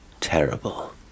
terrible